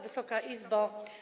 Wysoka Izbo!